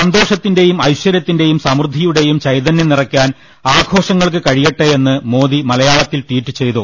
സന്തോ ഷത്തിന്റെയും ഐശ്വരൃത്തിന്റെയും സമൃദ്ധിയുടെയും ചൈതന്യം നിറക്കാൻ ആഘോഷങ്ങൾക്ക് കഴിയട്ടെ എന്ന് മോദി മലയാളത്തിൽ ട്വീറ്റ് ചെയ്തു